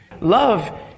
Love